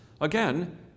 Again